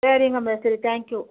சரிங்க மேஸ்திரி thank you